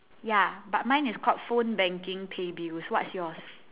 ya but mine is called phone banking pay bills what's yours